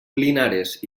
linares